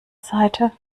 seite